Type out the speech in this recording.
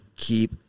Keep